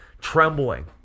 trembling